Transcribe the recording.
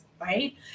right